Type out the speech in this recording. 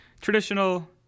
traditional